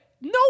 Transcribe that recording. no